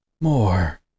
More